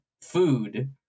food